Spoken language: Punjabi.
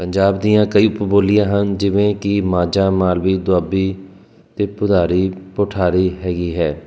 ਪੰਜਾਬ ਦੀਆਂ ਕਈ ਉਪਬੋਲੀਆਂ ਹਨ ਜਿਵੇਂ ਕਿ ਮਾਝਾ ਮਾਲਵੇ ਦੁਆਬੀ ਅਤੇ ਪੁਆਧੀ ਪੋਠੋਹਾਰੀ ਹੈਗੀ ਹੈ